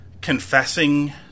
confessing